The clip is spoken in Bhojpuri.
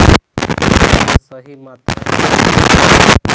खाद्य के सही मात्रा केतना होखेला?